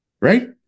right